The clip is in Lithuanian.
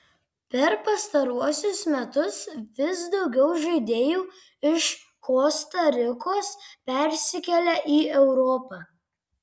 per pastaruosius metus vis daugiau žaidėjų iš kosta rikos persikelia į europą